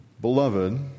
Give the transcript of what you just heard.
Beloved